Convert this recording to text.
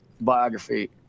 biography